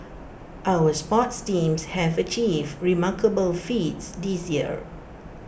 our sports teams have achieved remarkable feats this year